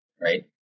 right